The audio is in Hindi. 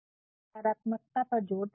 इसलिए सकारात्मकता पर जोर दे